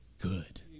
good